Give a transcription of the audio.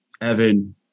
Evan